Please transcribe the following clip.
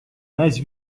nice